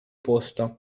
posto